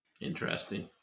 Interesting